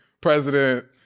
President